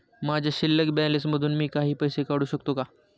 माझ्या शिल्लक बॅलन्स मधून मी काही पैसे काढू शकतो का?